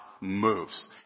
Moves